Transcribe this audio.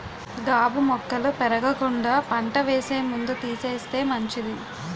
గాబు మొక్కలు పెరగకుండా పంట వేసే ముందు తీసేస్తే మంచిది